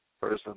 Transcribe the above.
person